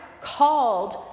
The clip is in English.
called